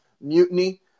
mutiny